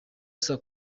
saa